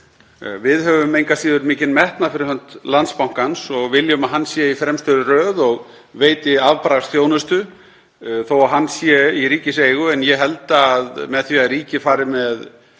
Við höfum engu að síður mikinn metnað fyrir hönd Landsbankans og viljum að hann sé í fremstu röð og veiti afbragðsþjónustu þó að hann sé í ríkiseigu. En ég held að með því að ríkið fari með